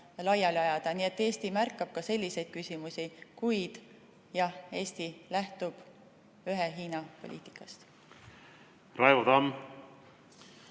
laiali ajada. Nii et Eesti märkab ka selliseid küsimusi. Kuid jah, Eesti lähtub ühe Hiina poliitikast. Jaa,